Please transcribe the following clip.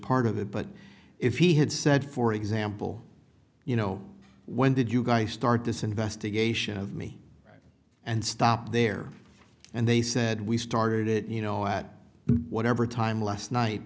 part of it but if he had said for example you know when did you guy start this investigation of me and stop there and they said we started it you know at whatever time last night